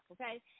okay